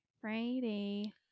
Friday